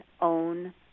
Own